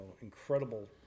incredible